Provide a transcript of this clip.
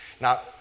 Now